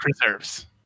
preserves